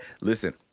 Listen